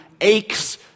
aches